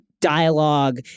dialogue